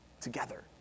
together